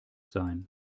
sein